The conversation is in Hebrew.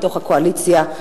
מתוך הקואליציה,